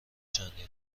چندین